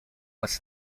was